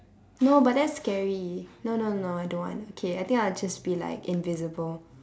no but that's scary no no no I don't want okay I think I'll just be like invisible